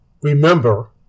remember